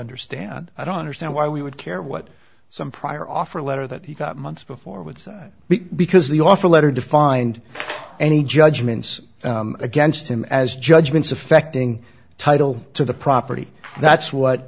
understand i don't understand why we would care what some prior offer letter that he got months before would be because the offer letter defined any judgments against him as judgments affecting title to the property that's what